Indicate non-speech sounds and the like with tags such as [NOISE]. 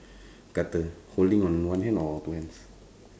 [BREATH] cutter holding on one hand or two hands